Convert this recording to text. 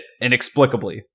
inexplicably